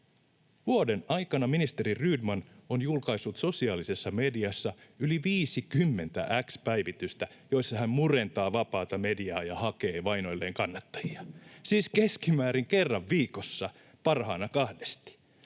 Vuoden aikana ministeri Rydman on julkaissut sosiaalisessa mediassa yli 50 X-päivitystä, joissa hän murentaa vapaata mediaa ja hakee vainoilleen kannattajia — siis keskimäärin kerran viikossa, parhaana kahdesti.